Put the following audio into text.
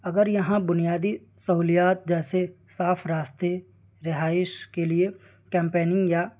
اگر یہاں بنیادی سہولیات جیسے صاف راستے رہائش کے لیے کیمپیننگ یا